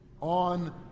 on